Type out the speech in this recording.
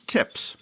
Tips